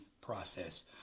process